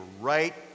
right